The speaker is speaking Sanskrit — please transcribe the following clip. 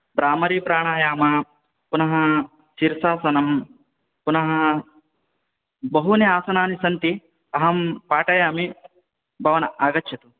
ब्रामरीप्राणायाम पुनः शिरशासनं पुनः बहूनि आसनानि सन्ति अहं पाठयामि भवान् आगच्छतु